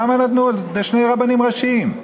למה נתנו שני רבנים ראשיים?